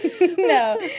no